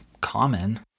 common